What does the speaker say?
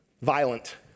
violent